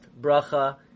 Bracha